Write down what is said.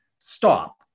Stop